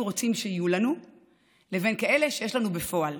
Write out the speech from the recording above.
רוצים שיהיו לנו לבין אלה שיש לנו בפועל.